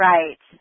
Right